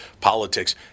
politics